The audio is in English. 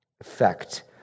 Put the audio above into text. effect